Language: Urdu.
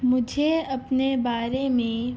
مجھے اپنے بارے میں